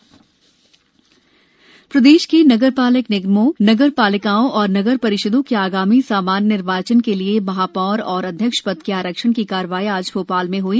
निकाय आरक्षण प्रदेश के नगरपालिक निगमों नगरपालिकाओं और नगर परिषदों के आगामी सामान्य निर्वाचन के लिये महापौर और अध्यक्ष पद के आरक्षण की कार्यवाही आज भोपाल में हई